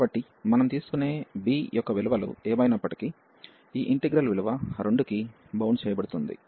కాబట్టి మనం తీసుకునే b యొక్క విలువలు ఏమైనప్పటికీ ఈ ఇంటిగ్రల్ విలువ 2 కి బౌండ్ చేయబడుతుంది